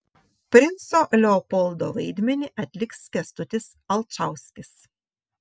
princo leopoldo vaidmenį atliks kęstutis alčauskis